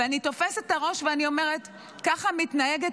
ואני תופסת את הראש ואני אומרת: ככה מתנהגת